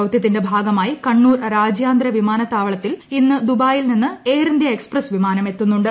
ദൌത്യത്തിന്റെ ഭാഗമായി കണ്ണൂർ രാജ്യാന്തര വിമാനത്താവളത്തിൽ ഇന്ന് ദുബായിൽ നിന്ന് എയർ ഇന്ത്യ എക്സ്പ്രസ് വിമാനം എത്തുന്നുണ്ട്